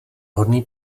vhodný